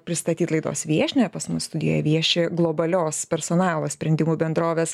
pristatyti laidos viešnią pas mus studijoje vieši globalios personalo sprendimų bendrovės